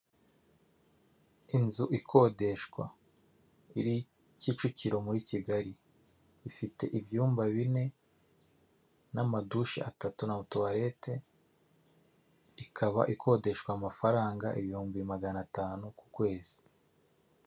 Inzu ikodeshwa iri Kicukiro muri Kigali, ifite ibyumba bine n'amadushe atatu na tuwarete ikaba ikodeshwa amafaranga ibihumbi magana atanu ku kwezi.